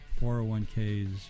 401ks